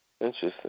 Interesting